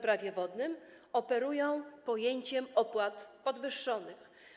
Prawie wodnym operują pojęciem „opłat podwyższonych”